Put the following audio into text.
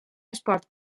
esport